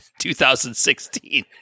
2016